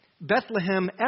Bethlehem